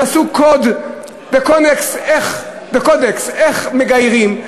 תעשו קוד, בקודקס, איך מגיירים.